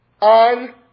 on